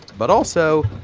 but also,